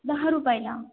दहा रुपयाला